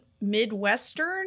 Midwestern